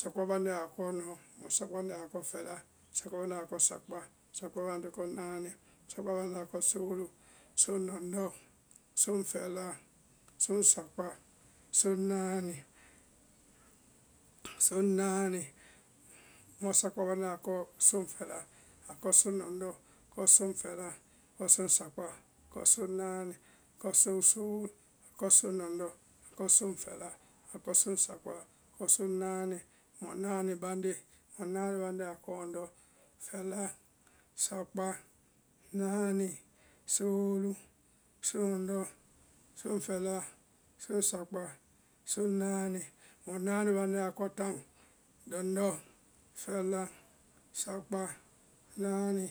Sakpábande akɔ lɔndɔ, mɔsakpabande akɔ fɛla, sakpábande akɔ sakpá, sakpábande akɔ náani, sakpábnade akɔ soolu, soŋlɔndɔ, soŋfɛla, soŋsakpá, soŋnáani, soŋnáani. mɔsakpábande akɔ soŋfɛla, akɔ soŋsakpá, akɔ soŋnáani, akɔ soŋsoolu, akɔ soŋlɔndɔ, akɔ soŋfɛla, akɔ soŋsakpá. akɔ soŋnáani. mɔnáanibande. mɔnáani bande akɔ lɔhɔdɔ, fɛla, sakpá, náani, soolu, soŋlɔndɔ́, soŋfɛla. soŋsakpá, soŋnáani, mɔnáanibande akɔ taŋ. lɔndɔ, fɛla, sakpá, náani,